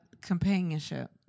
companionship